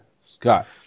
Scott